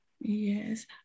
Yes